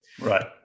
Right